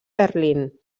berlín